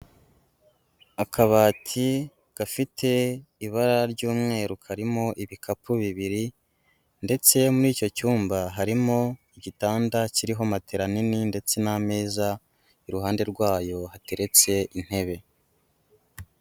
Akabati gafite ibara ry'umweru karimo ibikapu bibiri ndetse muri icyo cyumba harimo igitanda kiriho matela nini ndetse n'ameza, iruhande rwayo hateretse intebe.